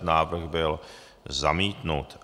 Návrh byl zamítnut.